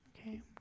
okay